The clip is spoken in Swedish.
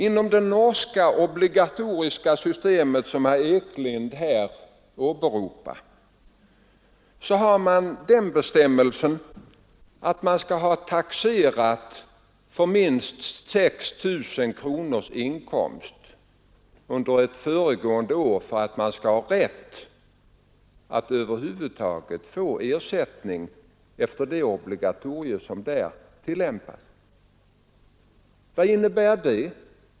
Inom det norska obligatoriska systemet, som herr Ekinge här åberopar, har man den bestämmelsen att vederbörande skall ha taxerat för minst 6 000 kronors inkomst under det föregående året för att ha rätt att få ersättning efter de obligatorium som där tillämpas. Vad innebär det?